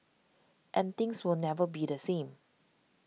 and things will never be the same